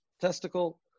testicle